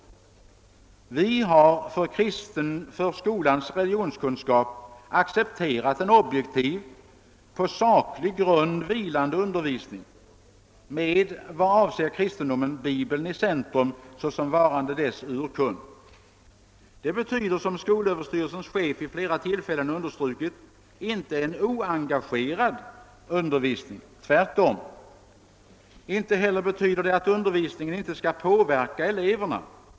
Vi har för skolans religionskunskap accepterat en objektiv, på saklig grund vilande undervisning, med — vad avser kristendomen — bibeln i centrum såsom varande dess urkund. Det betyder, som skolöverstyrelsens chef vid flera tillfällen understrukit, inte en oengagerad undervisning — tvärtom. Inte heller betyder det att undervisningen inte skall påverka eleverna.